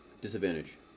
disadvantage